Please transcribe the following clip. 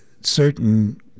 certain